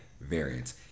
variants